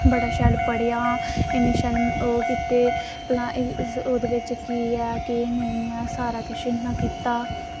बड़ा शैल पढ़ेआ इन्ने शैल ओह् कीते की एह्दे बिच केह् ऐ केह् नेईं ऐ सारा किश ता